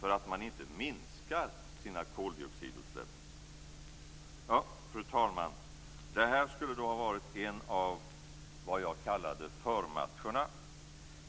för att man inte minskar sina koldioxidutsläpp. Fru talman! Det här skulle då ha varit en av vad jag kallade förmatcherna.